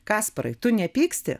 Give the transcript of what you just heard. kasparai tu nepyksti